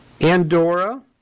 Andorra